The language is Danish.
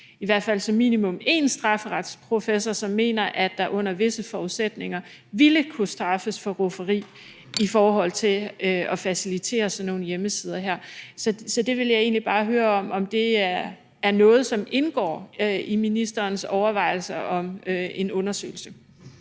i hvert fald som minimum én strafferetsprofessor, som mener, at der under visse forudsætninger ville kunne straffes for rufferi i forhold til at facilitere sådan nogle hjemmesider her. Så jeg vil bare høre, om det er noget, som indgår i ministerens overvejelser om en undersøgelse.